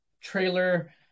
trailer